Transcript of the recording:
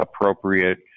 appropriate